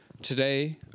Today